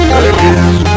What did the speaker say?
again